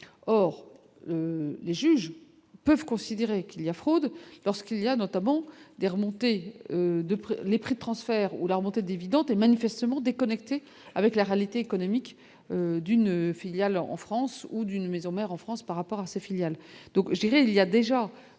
or les juges peuvent considérer qu'il y a fraude lorsqu'il y a notamment des remontées de près les prix de transfert ou la remontée d'évidentes et manifestement déconnectée avec la réalité économique d'une filiale en France ou d'une maison mère en France par rapport à sa filiale,